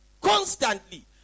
constantly